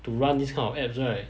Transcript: to run this kind of apps right